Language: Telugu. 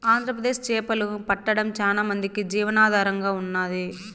ఆంధ్రప్రదేశ్ చేపలు పట్టడం చానా మందికి జీవనాధారంగా ఉన్నాది